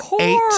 eight